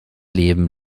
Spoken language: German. leben